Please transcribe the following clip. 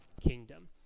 kingdom